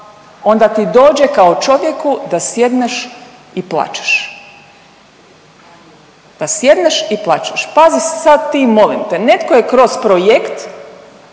onda ti dođe kao čovjeku da sjedneš i plačeš. Da sjedneš i plačeš. Pazi sad ti molim te, netko je kroz projekt